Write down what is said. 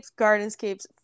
gardenscapes